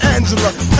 Angela